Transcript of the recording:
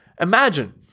Imagine